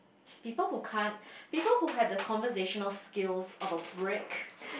people who can't people who have the conversational skills of a brick